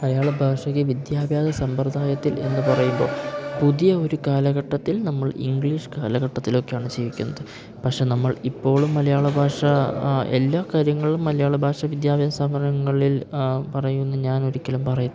മലയാള ഭാഷക്ക് വിദ്യാഭ്യാസ സമ്പ്രദായത്തിൽ എന്ന് പറയുമ്പോൾ പുതിയ ഒരു കാലഘട്ടത്തിൽ നമ്മൾ ഇംഗ്ലീഷ് കാലഘട്ടത്തിൽ ഒക്കെയാണ് ജീവിക്കുന്നത് പക്ഷേ നമ്മൾ ഇപ്പോഴും മലയാള ഭാഷ എല്ലാ കാര്യങ്ങളും മലയാള ഭാഷ വിദ്യാഭ്യാസ സമ്പ്രദയങ്ങളില് പറയൂന്ന് ഞാൻ ഒരിക്കലും പറയത്തില്ല